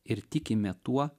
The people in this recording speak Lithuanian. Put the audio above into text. ir tikime tuo